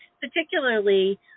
particularly